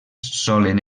solen